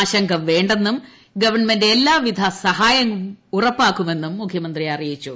ആശങ്ക വേണ്ടെന്നും ഗവൺമെന്റ് എല്ലാവിധ സഹായവും ഉറപ്പാക്കുമെന്നും മുഖൃമന്ത്രി അറിയിച്ചു